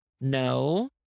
no